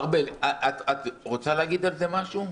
ארבל, את רוצה להגיד על זה משהו?